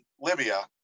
Libya